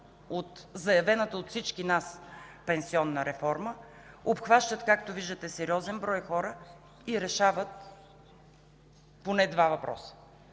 от заявената от всички нас пенсионна реформа, обхващат, както виждате, сериозен брой хора и решават поне два въпроса.